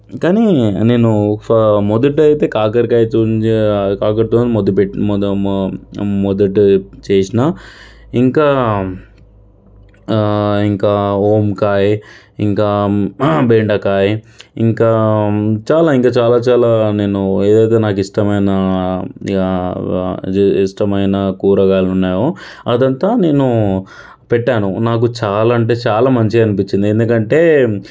కానీ నేను ఒక మొదట అయితే కాకరకాయ తుంజ కాకరకాయతోనే మొ మొ మొదటి చేసినా ఇంకా ఇంకా వంకాయ ఇంకా బెండకాయ ఇంకా చాలా ఇంకా చాలా చాలా నేను ఏదైతే నాకు ఇష్టమైన ఇష్టమైన కూరగాయలున్నాయో అదంతా నేను పెట్టాను నాకు చాలా అంటే చాలా మంచిగా అనిపించింది ఎందుకంటే